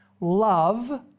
Love